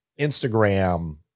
Instagram